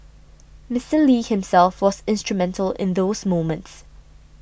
Mister Lee himself was instrumental in those moments